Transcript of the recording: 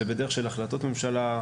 זה בדרך של החלטות ממשלה.